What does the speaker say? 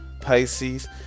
Pisces